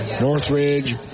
Northridge